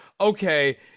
okay